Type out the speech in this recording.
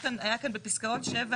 כבאות.